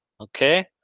Okay